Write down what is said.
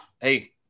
hey